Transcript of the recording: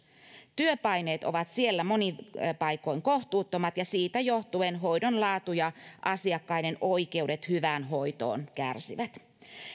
työpaineet ovat siellä monin paikoin kohtuuttomat ja siitä johtuen hoidon laatu ja asiakkaiden oikeudet hyvään hoitoon kärsivät